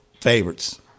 Favorites